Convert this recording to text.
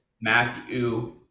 Matthew